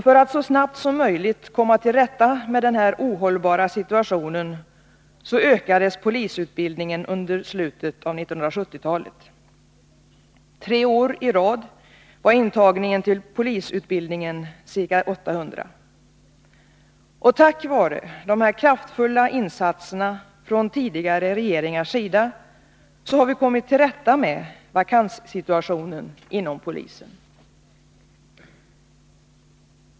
För att så snabbt som möjligt komma till rätta med den ohållbara situationen ökades polisutbildningen under slutet av 1970-talet. Tre år i rad var intagningen till polisutbildningen ca 800. Tack vare dessa kraftfulla insatser från tidigare regeringars sida har vi kommit till rätta med vakanssituationen inom polisen.